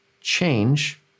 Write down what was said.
change